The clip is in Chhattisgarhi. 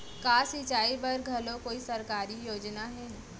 का सिंचाई बर घलो कोई सरकारी योजना हे?